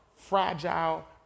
fragile